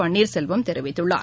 பள்ளீர் செல்வம் தெரிவித்துள்ளார்